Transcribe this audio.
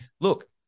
Look